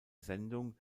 sendung